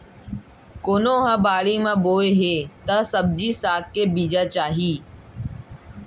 कोनो ह बाड़ी बोए हे त सब्जी साग के बीजा चाही